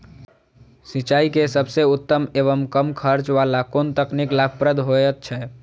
सिंचाई के सबसे उत्तम एवं कम खर्च वाला कोन तकनीक लाभप्रद होयत छै?